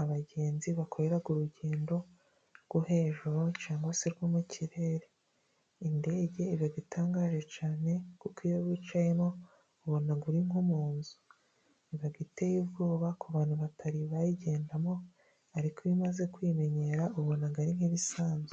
abagenzi bakorera urugendo rwo hejuru cyangwa se rwo mu kirere, indege iradutangaje cyane kuko iyo wicayemo ubona uri nko mu nzu, iba iteye ubwoba ku bantu batari bayigendamo ariko iyo umaze kuyimenyera ubona ari nk'ibisanzwe.